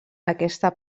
aquesta